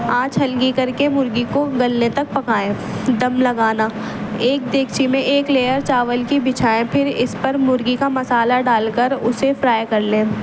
آنچ ہلکی کر کے مرغی کو گلنے تک پکائیں دم لگانا ایک دیگچی میں ایک لیئر چاول کی بچھائیں پھر اس پر مرغی کا مسالہ ڈال کر اسے فرائی کر لیں